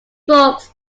books